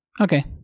Okay